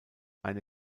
eine